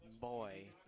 Boy